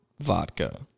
vodka